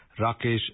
Rakesh